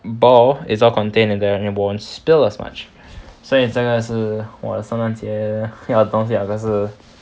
ball it' all contained in there it won't spill as much 所以这个是我的圣诞节要的东西好像是